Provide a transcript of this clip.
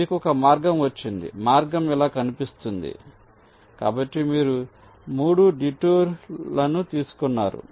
కాబట్టి మీకు ఒక మార్గం వచ్చింది మార్గం ఇలా కనిపిస్తుంది కాబట్టి మీరు 3 డిటూర్ లను తీసుకున్నారు